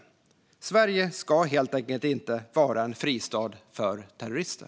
Sverige ska helt enkelt inte vara en fristad för terrorister.